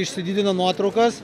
išsididino nuotraukas